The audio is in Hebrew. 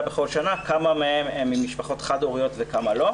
בכל שנה כמה מהם משפחות חד מיניות וכמה לא.